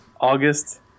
August